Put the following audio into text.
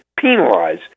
penalize